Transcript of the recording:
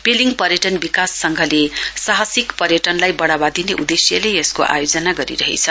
पेलिङ पर्यटन विकास संघले साहसिक पर्यटनलाई बढवा दिने उद्देश्यले यसको आयोजना गरिरहेछ